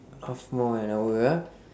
half more an hour ah